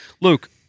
Luke